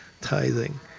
tithing